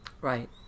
Right